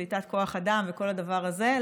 קליטת כוח אדם וכל הדבר הזה,